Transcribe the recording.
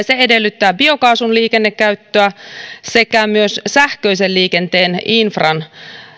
se edellyttää biokaasun liikennekäyttöä sekä myös sähköisen liikenteen infran